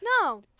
No